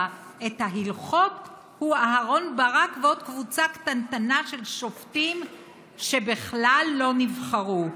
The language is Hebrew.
את ההלכות הוא אהרן ברק ועוד קבוצה קטנטנה של שופטים שבכלל לא נבחרו.